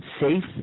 safe